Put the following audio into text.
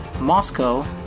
Moscow